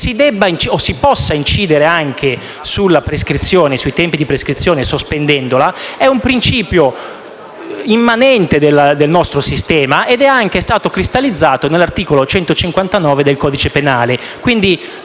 si debba o si possa incidere anche sui tempi di prescrizione, sospendendola, è un principio immanente del nostro sistema, che è stato anche cristallizzato nell'articolo 159 del codice penale.